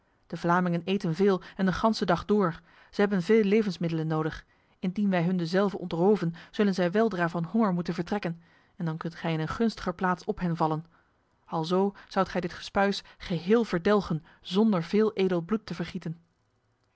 de vlamingen eten veel en de ganse dag door zij hebben veel levensmiddelen nodig indien wij hun dezelve ontroven zullen zij weldra van honger moeten vertrekken en dan kunt gij in een gunstiger plaats op hen vallen alzo zoudt gij dit gespuis geheel verdelgen zonder veel edel bloed te vergieten